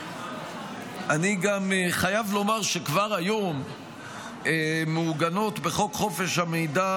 אני חייב לומר גם שכבר היום מעוגנות בחוק חופש המידע